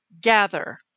gather